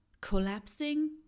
collapsing